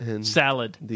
salad